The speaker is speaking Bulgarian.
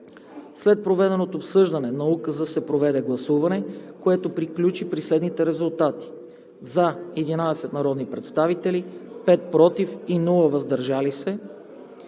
След проведеното обсъждане на Указа се проведе гласуване, което приключи при следните резултати: „за“ 11 народни представители, 5 „против“, без „въздържал се“.